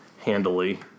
handily